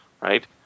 right